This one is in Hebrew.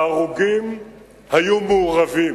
ההרוגים היו מעורבים.